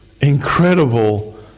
incredible